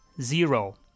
zero